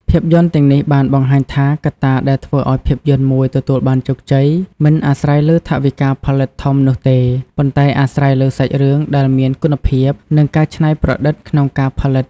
ភាពយន្តទាំងនេះបានបង្ហាញថាកត្តាដែលធ្វើឲ្យភាពយន្តមួយទទួលបានជោគជ័យមិនអាស្រ័យលើថវិកាផលិតធំនោះទេ ប៉ុន្តែអាស្រ័យលើសាច់រឿងដែលមានគុណភាព និងការច្នៃប្រឌិតក្នុងការផលិត។